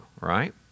right